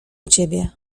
ciebie